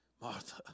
Martha